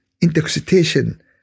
intoxication